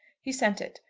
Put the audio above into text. he sent it,